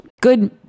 good